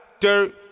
Dirt